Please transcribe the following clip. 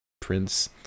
Prince